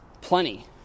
plenty